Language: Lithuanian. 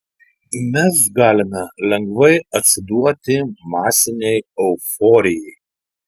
mes galime lengvai atsiduoti masinei euforijai